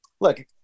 look